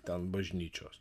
ten bažnyčios